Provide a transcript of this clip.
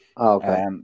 Okay